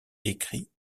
écrit